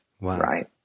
right